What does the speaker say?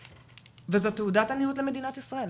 וזאת תעודת עניות למדינת ישראל.